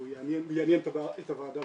שהוא יעניין בוודאי את הוועדה,